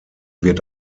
wird